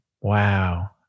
Wow